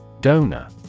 Donor